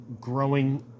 growing